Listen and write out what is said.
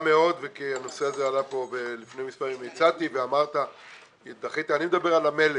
אני מדבר על המלט.